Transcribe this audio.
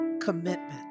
commitment